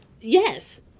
Yes